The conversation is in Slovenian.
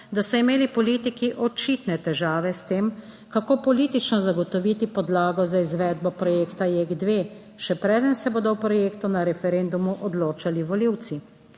da so imeli politiki očitne težave s tem, kako politično zagotoviti podlago za izvedbo projekta JEK 2, še preden se bodo o projektu na referendumu odločali volivci.